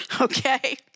okay